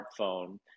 smartphone